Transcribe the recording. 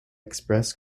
express